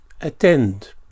attend